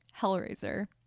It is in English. Hellraiser